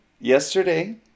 yesterday